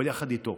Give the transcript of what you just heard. אבל יחד איתו